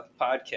podcast